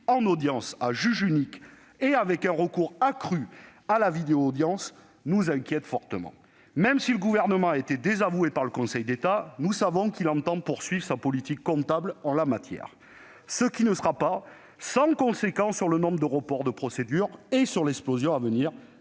en audience à juge unique et avec un recours accru à la vidéo-audience. Cela nous inquiète fortement. Même si le Gouvernement a été désavoué par le Conseil d'État, nous savons qu'il entend poursuivre sa politique comptable en la matière. Cette volonté ne sera pas sans conséquence sur le nombre de reports de procédures et sur l'explosion à venir